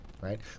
right